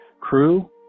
crew